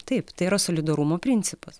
taip tai yra solidarumo principas